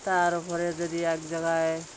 তার পরে যদি এক জায়গায়